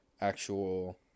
actual